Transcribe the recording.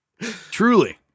Truly